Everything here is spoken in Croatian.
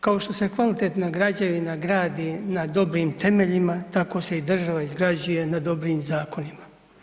Kao što se kvalitetna građevina gradi na dobrim temeljima, tako se i država izgrađuje na dobrim zakonima.